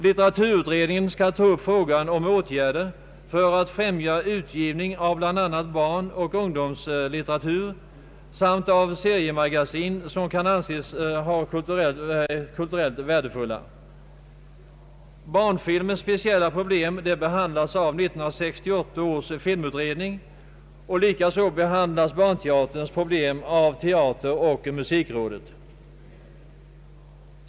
Litteraturutredningen skall ta upp frågan om åtgärder för att främja utgivningen av bl.a. barnoch ungdomslitteratur samt av seriemagasin som kan anses vara kulturellt värdefulla. Barnfilmens speciella problem behandlas av 1968 års filmutredning. Barnteaterns problem behandlas av teateroch musikrådet.